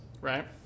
right